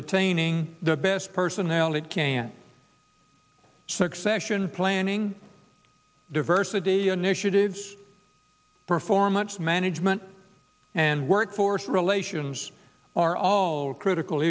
retaining the best personnel it can succession planning diversity an initiative performance management and workforce relations are all critical